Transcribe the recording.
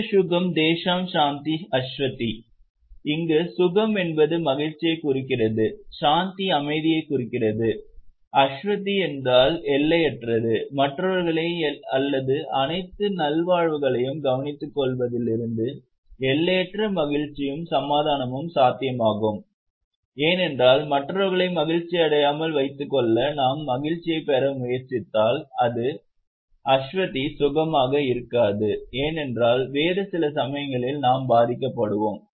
தேஷம் சுகம் தேஷாம் சாந்தி ஷஸ்வதி இங்கு சுகம் என்பது மகிழ்ச்சியைக் குறிக்கிறது சாந்தி அமைதியைக் குறிக்கிறது ஷஸ்வதி என்றால் எல்லையற்றது மற்றவர்களை அல்லது அனைத்து நல்வாழ்வுகளையும் கவனித்துக்கொள்வதிலிருந்து எல்லையற்ற மகிழ்ச்சியும் சமாதானமும் சாத்தியமாகும் ஏனென்றால் மற்றவர்களை மகிழ்ச்சியடையாமல் வைத்துக் கொள்ள நாம் மகிழ்ச்சியைப் பெற முயற்சித்தால் அது ஷஸ்வதி சுகமாக இருக்காது ஏனென்றால் வேறு சில சமயங்களில் நாம் பாதிக்கப்படுவோம்